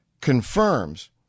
confirms